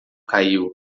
caiu